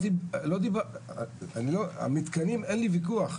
על מתקנים אין לי ויכוח.